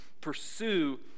pursue